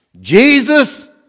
Jesus